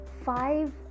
five